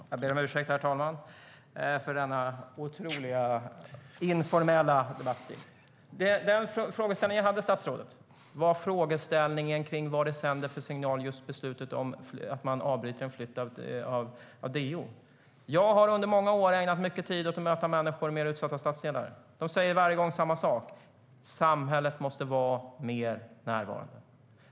Herr talman! Om jag ska vara lite noggrann frågade jag inte vad man tycker när man lyssnar till Alice Bah Kuhnke. Det finns mycket som statsrådet har börjat med som kan vara bra. Vad jag frågade var vilken signal statsrådet tror att det sänder att avbryta en flytt av DO. Jag har under många år ägnat mycket tid åt att möta människor i mer utsatta stadsdelar. De säger samma sak varje gång. "Samhället måste vara mer närvarande."